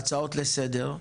הצעות לסדר,